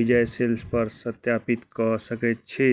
विजय सेल्सपर सत्यापित कऽ सकैत छी